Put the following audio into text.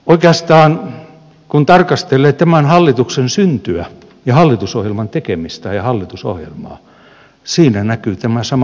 oikeastaan kun tarkastelee tämän hallituksen syntyä ja hallitusohjelman tekemistä ja hallitusohjelmaa siinä näkyy tämä sama ristiriita